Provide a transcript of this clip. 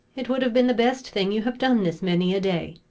it would have been the best thing you have done this many a day!